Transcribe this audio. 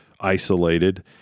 isolated